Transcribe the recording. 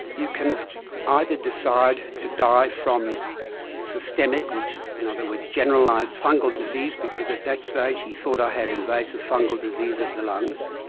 you can either decide to die from systemic, in and other words generalised fungal disease because at that stage he thought i had invasive fungal disease of the lungs,